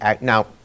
now